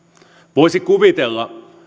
voisi kuvitella